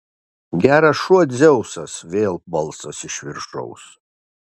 geras šuo dzeusas vėl balsas iš viršaus